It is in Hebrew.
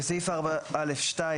בסעיף 4(א)(2),